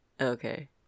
Okay